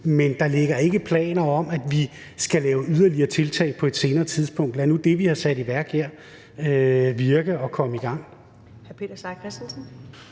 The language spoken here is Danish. Men der ligger ikke planer om, at vi skal lave yderligere tiltag på et senere tidspunkt. Lad nu det, vi har sat i værk her, virke og komme i gang.